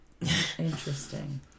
interesting